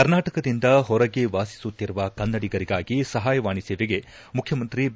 ಕರ್ನಾಟಕದಿಂದ ಹೊರಗೆ ವಾಸಿಸುತ್ತಿರುವ ಕನ್ನಡಿಗರಿಗಾಗಿ ಸಹಾಯವಾಣಿ ಸೇವೆಗೆ ಮುಖ್ಯಮಂತ್ರಿ ಬಿ